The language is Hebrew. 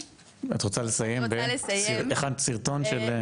-- הכנת סרטון?